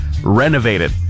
renovated